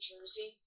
Jersey